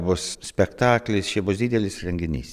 bus spektaklis čia bus didelis renginys